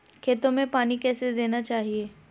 खेतों में पानी कैसे देना चाहिए?